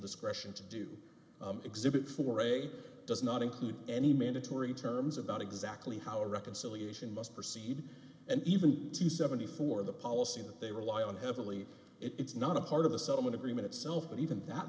discretion to do exhibit for a does not include any mandatory terms about exactly how a reconciliation must proceed and even to seventy four dollars the policy that they rely on heavily it's not a part of the settlement agreement itself but even that